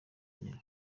gen